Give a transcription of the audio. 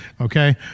okay